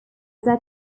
that